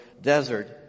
desert